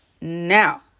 now